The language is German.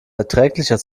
erträglicher